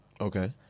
Okay